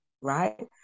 right